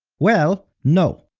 well, no.